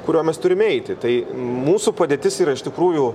kuriuo mes turime eiti tai mūsų padėtis yra iš tikrųjų